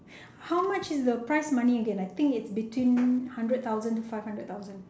how much is the prize money again I think it's between hundred thousand to five hundred thousand